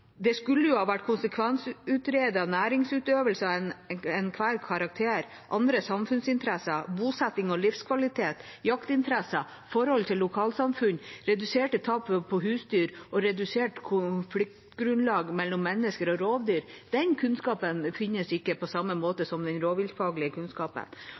Det skulle ha vært konsekvensutredning av næringsutøvelse av enhver karakter, andre samfunnsinteresser, bosetting og livskvalitet, jaktinteresser, forholdet til lokalsamfunn, reduserte tap på husdyr og redusert konfliktgrunnlag mellom mennesker og rovdyr. Den kunnskapen finnes ikke på samme måte som den rovviltfaglige kunnskapen.